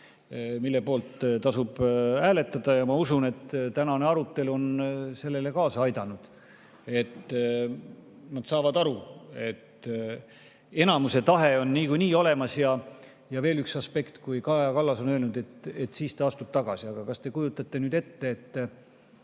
mille poolt tasub hääletada, ja ma usun, et tänane arutelu on sellele kaasa aidanud, et nad saavad aru, et enamuse tahe on niikuinii olemas. Ja veel üks aspekt: Kaja Kallas on öelnud, et siis ta astub tagasi. Aga kas te kujutate ette,